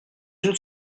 une